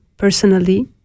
personally